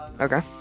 Okay